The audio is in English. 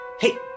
Hey